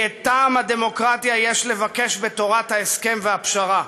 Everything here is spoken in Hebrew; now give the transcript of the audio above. כי את טעם הדמוקרטיה יש לבקש בתורת ההסכם והפשרה.